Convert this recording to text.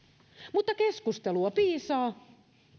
mutta keskustelua piisaa